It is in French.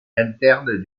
interne